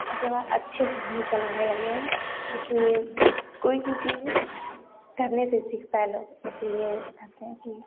उसके बाद अच्छे से हम भी चलाने लगे हैं इसीलिए कोई भी चीज़ करने से सीखता है लोग इसीलिए करते हैं कि